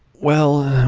well,